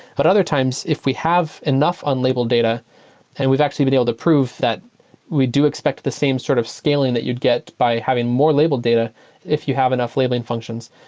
but other times if we have enough unlabeled data and we've actually been able to prove that we do expect the same sort of scaling that you'd get by having more labeled data if you have enough labeling functions.